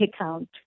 account